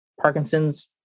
Parkinson's